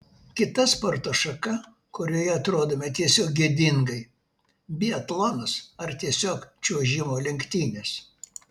kita sporto šaka kurioje atrodome tiesiog gėdingai biatlonas ar tiesiog čiuožimo lenktynės